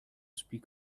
speak